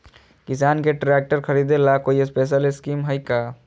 किसान के ट्रैक्टर खरीदे ला कोई स्पेशल स्कीमो हइ का?